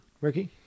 Ricky